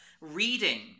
reading